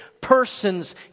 person's